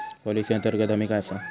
Policy अंतर्गत हमी काय आसा?